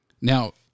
now